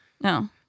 No